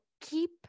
keep